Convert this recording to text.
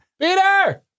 Peter